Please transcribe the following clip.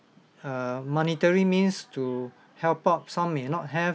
err monetary means to help out some may not have